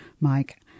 Mike